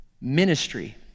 ministry